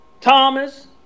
Thomas